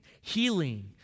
healing